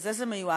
לזה זה מיועד.